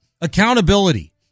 Accountability